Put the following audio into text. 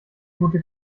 gute